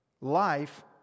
life